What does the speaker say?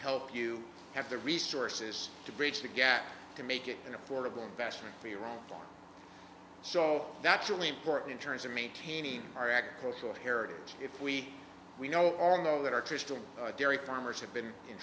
help you have the resources to bridge the gap to make it an affordable investment for your own so that's really important in terms of maintaining our agricultural heritage if we we know all know that our crystal dairy farmers have been in